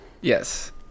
yes